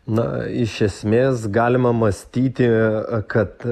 na iš esmės galima mąstyti kad